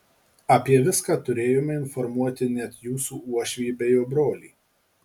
apie viską turėjome informuoti net jūsų uošvį bei jo brolį